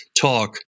talk